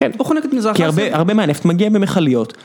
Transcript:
כן, הוא חונק את מזרח אסיה. כי הרבה מהנפט מגיע במיכליות.